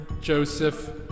Joseph